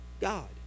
God